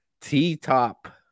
T-Top